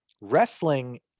wrestling